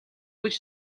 гэж